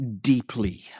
deeply